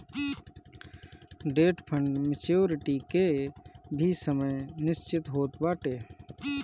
debt fund maturity के भी समय निश्चित होत बाटे